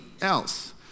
else